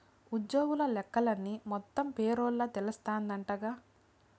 ఉజ్జోగుల లెక్కలన్నీ మొత్తం పేరోల్ల తెలస్తాందంటగా